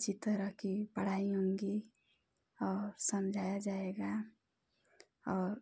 अच्छी तरह की पढ़ाई होगी और समझाया जाएगा और